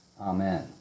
amen